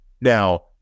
Now